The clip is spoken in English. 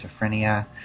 schizophrenia